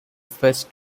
first